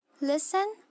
Listen